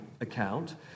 account